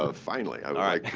ah finally. and i